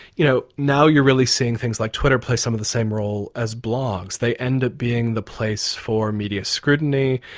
you know now you're really seeing things like twitter play some of the same role as blogs, they end up being a place for media scrutiny,